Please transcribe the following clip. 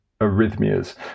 arrhythmias